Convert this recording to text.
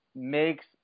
makes